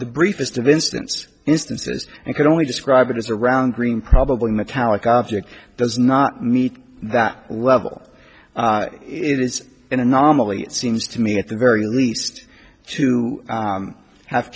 the briefest of instants instances and could only describe it as a round green probably metallic object does not meet that level it is an anomaly it seems to me at the very least to have